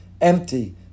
empty